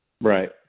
Right